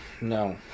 no